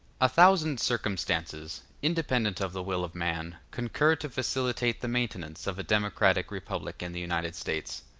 a thousand circumstances, independent of the will of man, concur to facilitate the maintenance of a democratic republic in the united states.